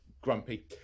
grumpy